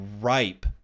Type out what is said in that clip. ripe